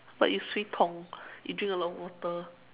but you 水桶 you drink a lot of water